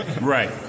Right